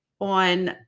on